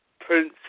Prince